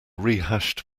rehashed